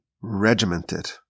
regimented